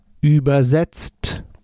übersetzt